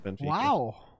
Wow